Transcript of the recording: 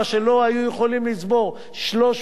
מה שלא היו יכולים לצבור בעבר.